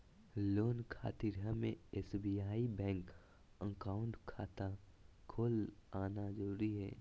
Loan खातिर हमें SBI bank account खाता खोल आना जरूरी है?